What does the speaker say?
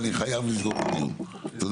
הישיבה ננעלה בשעה 11:57.